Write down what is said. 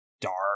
Dark